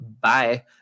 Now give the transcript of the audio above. Bye